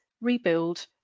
rebuild